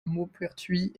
maupertuis